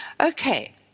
Okay